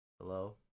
Hello